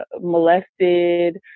molested